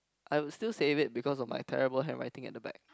I will still save it because of my terrible handwriting at the back